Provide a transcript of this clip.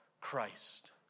Christ